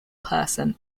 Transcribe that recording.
person